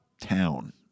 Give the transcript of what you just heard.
town